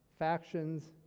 factions